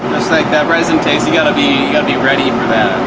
like that resin taste. you gotta be gotta be ready for that.